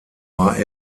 war